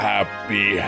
Happy